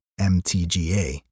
MTGA